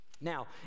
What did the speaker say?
Now